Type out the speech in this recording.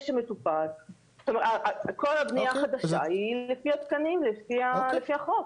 כל הבנייה החדשה היא לפי התקנים, לפי החוק.